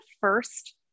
first